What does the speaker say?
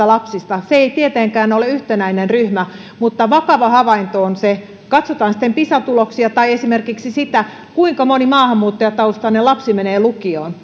lapsista se ei tietenkään ole yhtenäinen ryhmä mutta vakava havainto on se katsotaan sitten pisa tuloksia tai esimerkiksi sitä kuinka moni maahanmuuttajataustainen lapsi menee lukioon